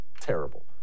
terrible